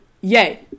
Yay